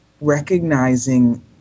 recognizing